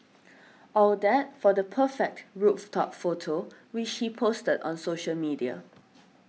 all that for the perfect rooftop photo which she posted on social media